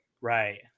right